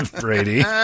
Brady